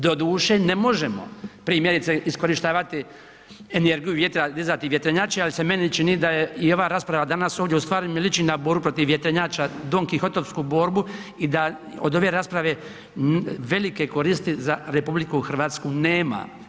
Doduše ne možemo primjerice iskorištavati energiju vjetra, dizati vjetrenjače ali se meni čini da je i ova rasprava danas ovdje ustvari mi liči na borbu protiv vjetrenjača, Don Quijote borbu i da od ove rasprave velike koristi za RH nema.